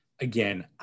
again